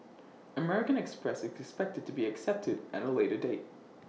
American express is expected to be accepted at A later date